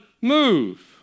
move